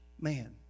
man